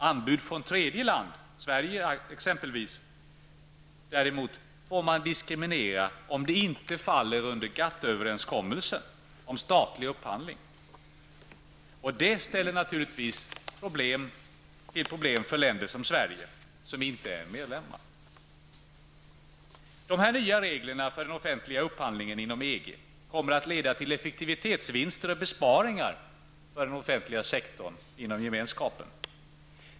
Anbud från tredje land -- exempelvis Sverige -- får däremot diskrimineras om det inte faller under Detta ställer naturligtvis till problem för länder som Sverige, som inte är medlemmar. De här nya reglerna för den offentliga upphandligen inom EG kommer att leda till effektivtetsvinster och besparingar för den offentliga sektorn inom gemenskapen.